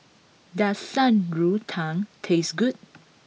does Shan Rui Tang taste good